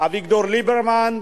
אביגדור ליברמן,